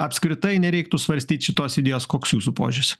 apskritai nereiktų svarstyt šitos idėjos koks jūsų požiūris